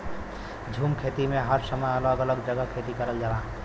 झूम खेती में हर समय अलग अलग जगह खेती करल जाला